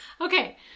Okay